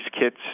kits